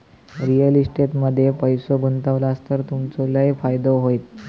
real estate मध्ये पैशे गुंतवलास तर तुमचो लय फायदो होयत